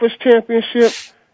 championship